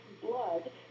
blood